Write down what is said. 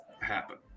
happen